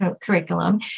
curriculum